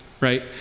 right